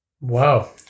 Wow